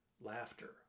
laughter